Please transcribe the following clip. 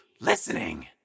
listening